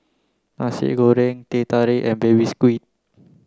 Nasi Goreng Teh Tarik and baby squid